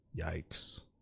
Yikes